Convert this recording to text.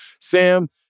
Sam